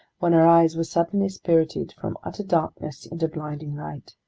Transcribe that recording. when our eyes were suddenly spirited from utter darkness into blinding light.